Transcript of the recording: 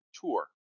tour